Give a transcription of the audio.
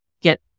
get